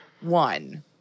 one